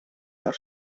per